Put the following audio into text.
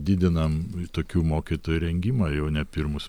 didinam tokių mokytojų rengimą jau ne pirmus